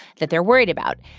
that they're worried about.